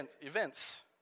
events